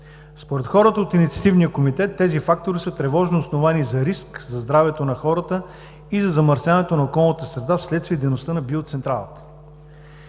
Според хората от Инициативния комитет тези фактори са тревожно основание за риск за здравето на хората и за замърсяването на околната среда вследствие дейността на биоцентралата.